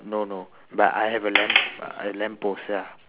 no no but I have a lamp a lamp post ya